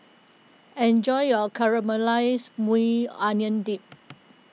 enjoy your Caramelized Maui Onion Dip